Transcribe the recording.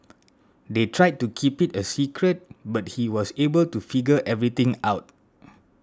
they tried to keep it a secret but he was able to figure everything out